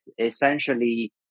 essentially